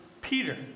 Peter